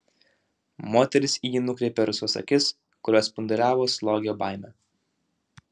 moteris į jį nukreipė rusvas akis kurios spinduliavo slogią baimę